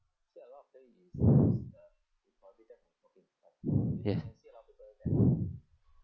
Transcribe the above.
yes